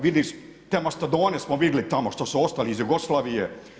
Vidi, te mastodone smo vidli tamo što su ostali iz Jugoslavije.